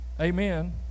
Amen